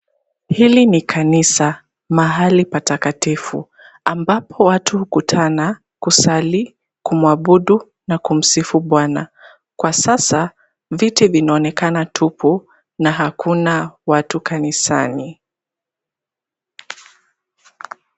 Hili ni kanisa mahali patakatifu ambapo watu hukutana, kusali, kumuabudu na kumsifu bwana. Kwa sasa viti vinaonekana tupu na hakuna watu kanisani.